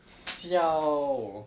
siao